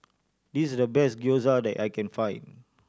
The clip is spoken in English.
this is the best Gyoza that I can find